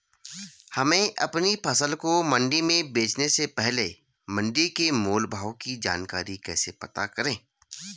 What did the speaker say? हमें अपनी फसल को मंडी में बेचने से पहले मंडी के मोल भाव की जानकारी कैसे पता करें?